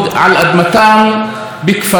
בכפריהם ובעריהם,